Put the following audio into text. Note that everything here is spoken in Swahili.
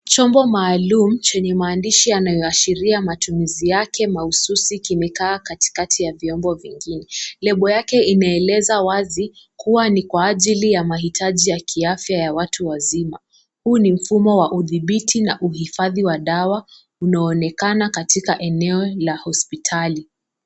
Chombo maalum kinachoashiria matumizi yake mahususi kimekaa katikati ya vyombo vengine. Lebo yake inaeleza wazi kuwa ni kwa ajili ya mahitaji ya kiafya ya watu wazima. Huu ni mfumo na udhibiti wa uhifadhi wa dawa unaonekana katika eneo la hospitali.